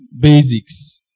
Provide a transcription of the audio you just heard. basics